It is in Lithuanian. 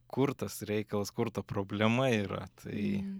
kur tas reikalas kur ta problema yra tai